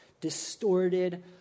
distorted